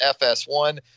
FS1